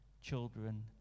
children